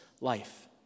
life